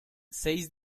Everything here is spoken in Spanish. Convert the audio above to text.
seis